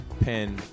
pen